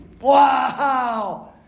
Wow